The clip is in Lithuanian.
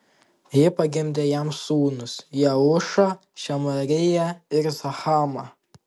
ji pagimdė jam sūnus jeušą šemariją ir zahamą